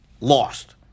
lost